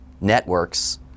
networks